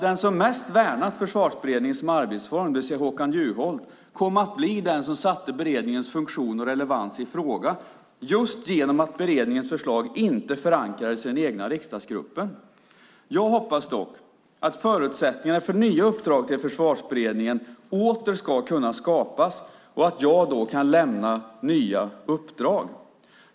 Den som mest värnat Försvarsberedningen som arbetsform, det vill säga Håkan Juholt, kom att bli den som satte beredningens funktion och relevans i fråga just genom att beredningens förslag inte förankrades i den egna riksdagsgruppen. Jag hoppas dock att förutsättningar för nya uppdrag till Försvarsberedningen åter ska kunna skapas och att jag kan lämna nya uppdrag.